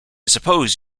suppose